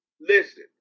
Listen